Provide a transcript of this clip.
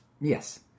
Yes